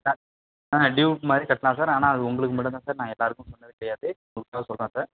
sir ஆ டியூவுக்கு மாதிரி கட்டலாம் சார் ஆனால் அது உங்களுக்கு மட்டுந்தான் சார் நாங்கள் எல்லோருக்கும் சொன்னது கிடையாது உங்களுக்கு தான் சொல்கிறேன் சார்